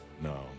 No